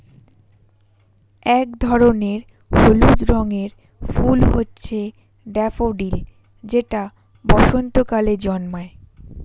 এক ধরনের হলুদ রঙের ফুল হচ্ছে ড্যাফোডিল যেটা বসন্তকালে জন্মায়